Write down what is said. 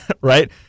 right